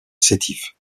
sétif